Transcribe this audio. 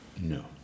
No